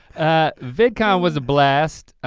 ah vidcon was a blast.